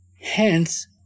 Hence